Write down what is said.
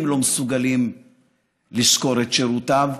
הם לא מסוגלים לשכור את שירותיו?